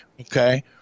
okay